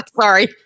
Sorry